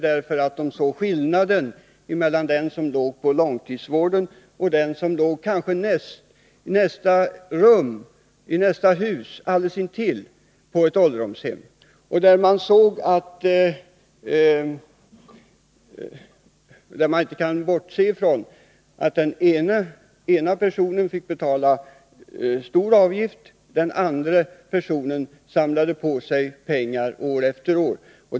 Man såg skillnaden mellan den som låg på långtidsvården och den som — kanske i ett rum i ett hus alldeles intill — var intagen på ett ålderdomshem. Man kunde inte bortse från att den ena personen fick betala hög avgift, medan den andra samlade på sig pengar år efter år.